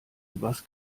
übers